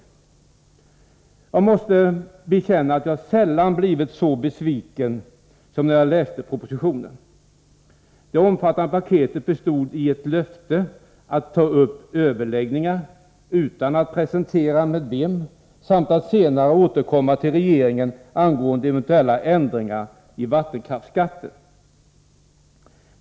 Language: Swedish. Jag måste bekänna att jag sällan blivit så besviken som när jag läste propositionen. Det omfattande paketet bestod av ett löfte om att inleda överläggningar, utan att presentera med vem, samt att senare återkomma till regeringen angående eventuella ändringar i vattenkraftsskatten.